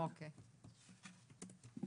אוקיי.